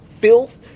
filth